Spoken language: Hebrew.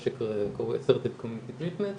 מה שקרוי Assertive Community Treatment,